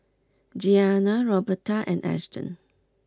Gianna Roberta and Ashton